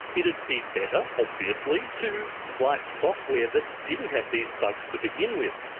it'd be better, obviously, to write software that didn't have these bugs to begin with.